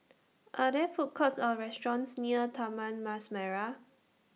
Are There Food Courts Or restaurants near Taman Mas Merah